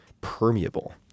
permeable